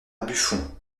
buffon